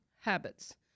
habits